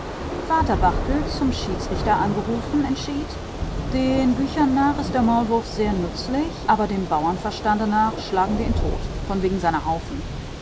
vater barthel zum schiedsrichter angerufen entschied den büchern nach ist der maulwurf sehr nützlich aber dem bauernverstande nach schlagen wir ihn tot von wegen seiner haufen